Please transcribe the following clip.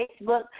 Facebook